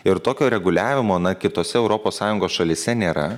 ir tokio reguliavimo na kitose europos sąjungos šalyse nėra